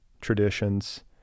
traditions